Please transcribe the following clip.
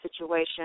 situation